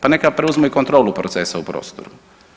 Pa neka preuzmu i kontrolu procesa u prostoru.